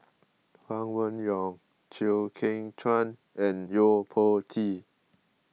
Huang Wenhong Chew Kheng Chuan and Yo Po Tee